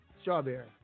Strawberry